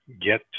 get